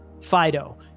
Fido